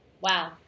Wow